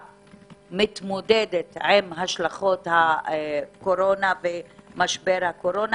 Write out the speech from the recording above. מתמודדת עם השלכות הקורונה ומשבר הקורונה,